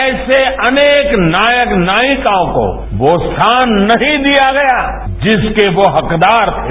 ऐसे अनेक नायक नायिकाओं को वो स्थान नहीं दिया गया जिसके वो हकदार थे